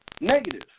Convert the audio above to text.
negative